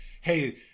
hey